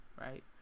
right